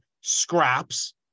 scraps